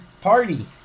party